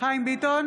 חיים ביטון,